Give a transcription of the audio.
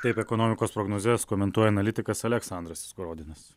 taip ekonomikos prognozes komentuoja analitikas aleksandras izgorodinas